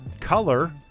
color